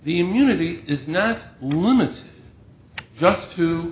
the immunity is not limits just to